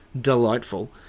delightful